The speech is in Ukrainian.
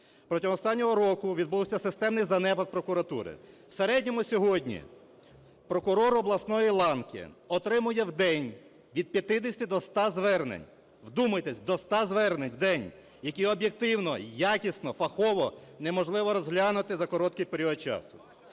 Протягом останнього року відбувся системний занепад прокуратури. В середньому сьогодні прокурор обласної ланки отримує в день від 50 до 100 звернень. Вдумайтесь, до 100 звернень в день, які об'єктивно, якісно, фахово неможливо розглянути за короткий період часу.